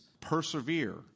persevere